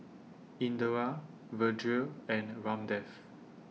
Indira Vedre and Ramdev